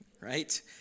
right